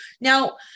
Now